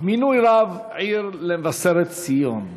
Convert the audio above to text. מינוי רב עיר למבשרת ציון.